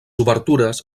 obertures